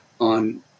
on